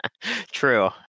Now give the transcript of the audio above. True